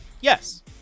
Yes